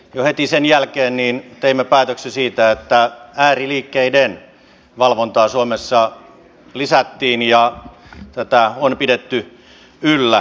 jo heti sen jälkeen teimme päätöksen siitä että ääriliikkeiden valvontaa suomessa lisättiin ja tätä on pidetty yllä